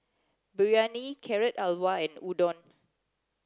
Biryani Carrot Halwa and Udon